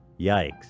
Yikes